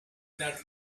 that